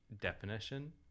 definition